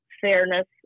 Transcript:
fairness